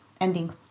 ending